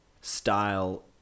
style